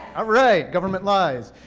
ah right, government lies.